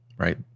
Right